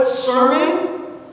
sermon